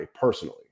personally